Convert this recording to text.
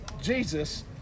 jesus